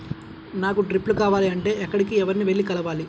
నాకు డ్రిప్లు కావాలి అంటే ఎక్కడికి, ఎవరిని వెళ్లి కలవాలి?